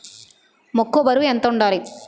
మొక్కొ బరువు ఎంత వుండాలి?